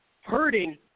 hurting